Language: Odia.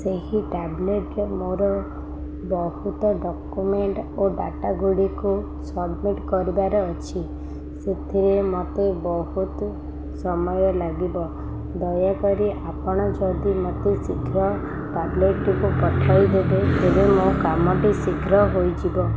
ସେହି ଟ୍ୟାବ୍ଲେଟ୍ରେ ମୋର ବହୁତ ଡ଼କ୍ୟୁମେଣ୍ଟ ଓ ଡ଼ାଟାଗୁଡ଼ିକୁ ସବମିଟ୍ କରିବାର ଅଛି ସେଥିରେ ମୋତେ ବହୁତ ସମୟ ଲାଗିବ ଦୟାକରି ଆପଣ ଯଦି ମୋତେ ଶୀଘ୍ର ଟ୍ୟାବ୍ଲେଟ୍ଟିକୁ ପଠାଇଦେବେ ତେବେ ମୋ କାମଟି ଶୀଘ୍ର ହୋଇଯିବ